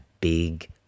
big